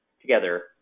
together